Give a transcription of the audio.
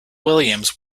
williams